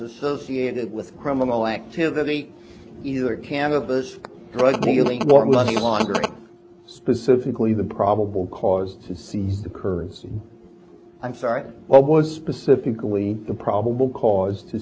associated with criminal activity either cannabis rugby league or money laundering specifically the probable cause to see the kurds i'm sorry what was pacifically the probable cause to